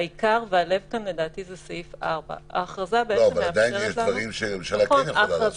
הלב כאן הוא סעיף 4. אבל עדיין יש דברים שהממשלה כן יכולה לעשות.